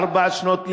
ארבע שנות לימוד,